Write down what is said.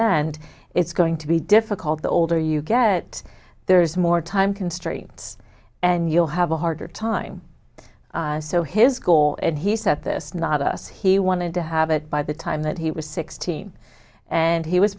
end it's going to be difficult the older you get there is more time constraints and you'll have a harder time so his goal and he set this not us he wanted to have it by the time that he was sixteen and he was